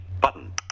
button